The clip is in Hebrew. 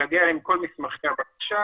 להגיע עם כל מסמכי הבקשה